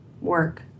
work